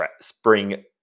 spring